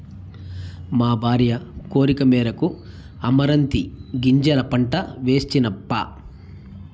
మా భార్య కోరికమేరకు అమరాంతీ గింజల పంట వేస్తినప్పా